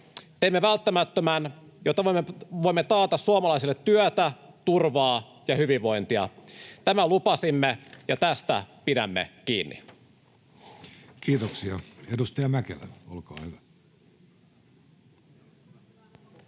Teemme välttämättömän, jotta voimme taata suomalaisille työtä, turvaa ja hyvinvointia. Tämän lupasimme, ja tästä pidämme kiinni. [Speech 5] Speaker: Jussi